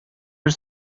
бер